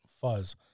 fuzz